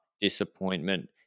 disappointment